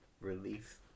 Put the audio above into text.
release